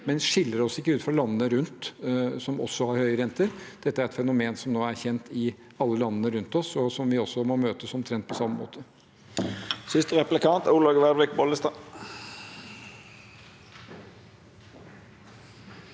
men vi skiller oss ikke ut fra landene rundt oss som også har høye renter. Dette er et fenomen som nå er kjent i alle landene rundt oss, og som vi også må møte omtrent på samme måte